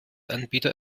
anbieter